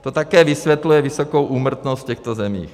To také vysvětluje vysokou úmrtnost v těchto zemích.